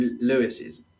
Lewis's